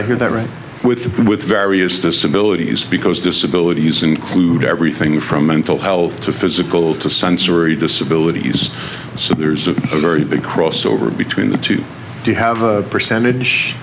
i hear that right with the with various disabilities because disability include everything from mental health to physical to sensory disabilities so there's a very big crossover between the two do you have a percentage